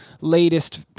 latest